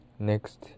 Next